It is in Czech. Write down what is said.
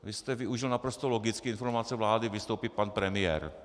Vy jste využil naprosto logicky informace vlády, vystoupil pan premiér.